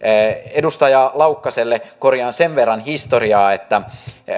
edustaja laukkaselle korjaan sen verran historiaa että